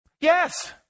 Yes